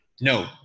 No